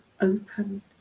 open